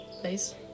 place